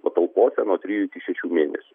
patalpose nuo trejų iki šešių mėnesių